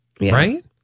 right